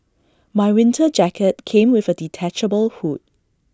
my winter jacket came with A detachable hood